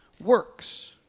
works